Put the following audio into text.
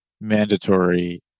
mandatory